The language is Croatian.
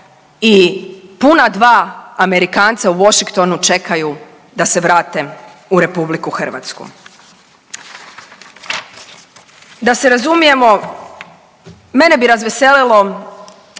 i puna dva Amerikanca u Washingtonu čekaju da se vrate u RH. Da se razumijemo, mene bi razveselilo